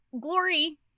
Glory